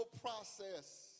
process